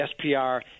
SPR